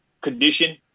condition